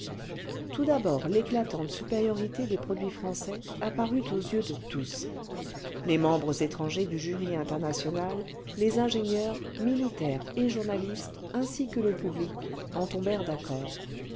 tout d'abord l'éclatante supériorité des produits français apparut aux yeux cle tous les membres étrangers clu jury international les ingénieurs militaires et journalistes ainsi que le public en tombèrent d'accord